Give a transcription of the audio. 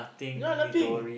ya nothing